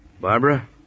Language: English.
Barbara